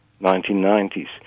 1990s